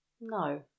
No